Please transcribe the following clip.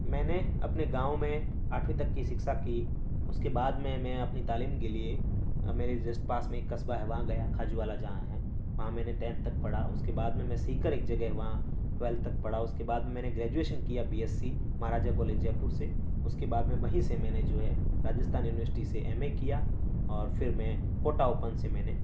میں نے اپنے گاؤں میں آٹھویں تک کی شکشا کی اس کے بعد میں نے اپنی تعلیم کے لیے ہمارے جسٹ پاس میں ایک قصبہ ہے وہاں گیا کھج والا جہاں ہے وہاں میں نے ٹینتھ تک پڑھا اس کے بعد میں سیکر ایک جگہ ہے وہاں ٹویلتھ تک پڑھا اس کے بعد میں میں نے گریجویشن کیا B S C Maharaja college Jaipur سے اس کے بعد میں وہیں سے میں نے جو ہے راجستھان یونیورشٹی سے ایم اے کیا اور پھر میں کوٹہ اوپن سے میں نے